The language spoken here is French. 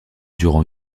durant